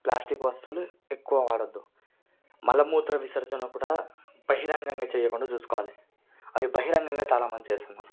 plastic వస్తువులు ఎక్కువ వాడవద్దు మలమూత్ర విసర్జనలు కూడా బహిరంగంగా చేయకుండా చూసుకోవాలి అది బహిరంగంగా చాలా మంది చేస్తున్నారు